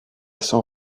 sans